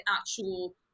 actual